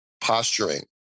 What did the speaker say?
posturing